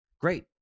Great